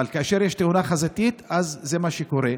אבל כאשר יש תאונה חזיתית אז זה מה שקורה.